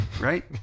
right